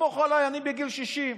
וסמוך עליי, אני בגיל 60,